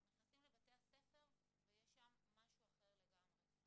אנחנו נכנסים לבתי הספר ויש שם משהו אחר לגמרי.